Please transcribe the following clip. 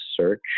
search